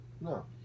No